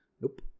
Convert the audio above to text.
Nope